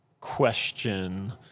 question